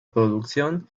producción